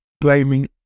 blaming